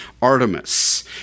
Artemis